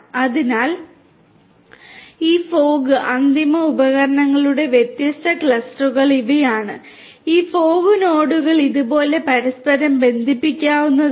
അതിനാൽ ഈ ഫോഗ് അന്തിമ ഉപകരണങ്ങളുടെ വ്യത്യസ്ത ക്ലസ്റ്ററുകൾ ഇവയാണ് ഈ ഫോഗ് നോഡുകൾ ഇതുപോലെ പരസ്പരം ബന്ധിപ്പിക്കാവുന്നതാണ്